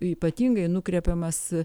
ypatingai nukreipiamas